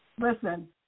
listen